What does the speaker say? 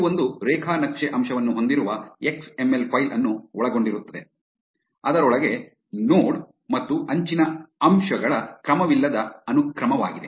ಇದು ಒಂದು ರೇಖಾ ನಕ್ಷೆ ಅಂಶವನ್ನು ಹೊಂದಿರುವ ಎಕ್ಸ್ ಎಮ್ ಎಲ್ ಫೈಲ್ ಅನ್ನು ಒಳಗೊಂಡಿರುತ್ತದೆ ಅದರೊಳಗೆ ನೋಡ್ ಮತ್ತು ಅಂಚಿನ ಅಂಶಗಳ ಕ್ರಮವಿಲ್ಲದ ಅನುಕ್ರಮವಾಗಿದೆ